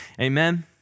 Amen